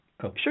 Sure